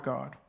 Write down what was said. God